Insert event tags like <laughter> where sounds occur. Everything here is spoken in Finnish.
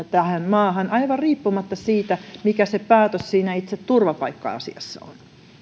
<unintelligible> tähän maahan aivan riippumatta siitä mikä se päätös siinä itse turvapaikka asiassa on